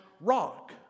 rock